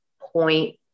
point